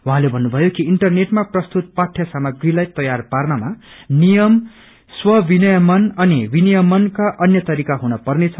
उहाँले भन्नुभयो कि इंटरनेटमा प्रस्तुत पाठय साप्रीलाई तयार पार्नमा नियम स्वःविनयमन अनि विनयमका अन्य तरिका हुन पर्नेछ